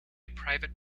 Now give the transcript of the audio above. private